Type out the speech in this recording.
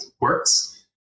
works